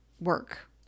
work